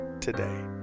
today